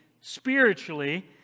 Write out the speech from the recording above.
spiritually